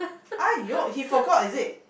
!aiyo! he forgot is it